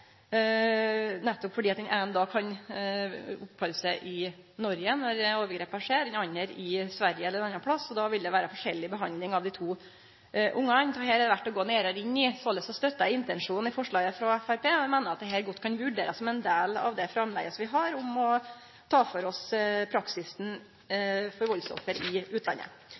nettopp fordi den eine kan opphalde seg i Noreg når overgrepa skjer, den andre i Sverige eller ein annan plass, og då vil det vere forskjellig behandling av dei to ungane. Dette er det verdt å gå nærare inn i, og såleis støttar eg intensjonane i forslaget frå Framstegspartiet. Eg meiner at dette godt kan vurderast som ein del av det framlegget som vi har om å ta for oss praksisen for valdsoffer i utlandet.